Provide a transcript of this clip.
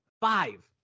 Five